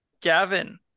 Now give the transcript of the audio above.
Gavin